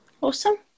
awesome